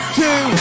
two